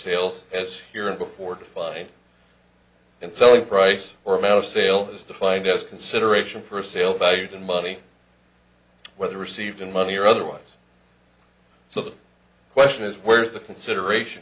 sales as here and before defined in selling price or amount of sale is defined as consideration for sale valued in money whether received in money or otherwise so the question is where is the consideration